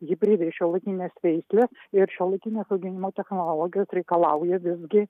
hibridai šiuolaikinės veislės ir šiuolaikinės auginimo technologijos reikalauja visgi